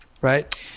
right